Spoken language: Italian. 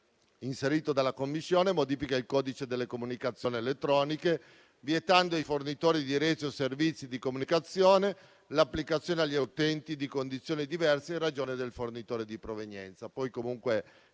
inserito dalla Commissione, modifica il codice delle comunicazioni elettroniche, vietando ai fornitori di reti o servizi di comunicazione l'applicazione agli utenti di condizioni diverse in ragione del fornitore di provenienza.